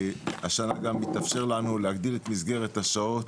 השנה גם מתאפשר לנו להגדיל את מסגרת השעות.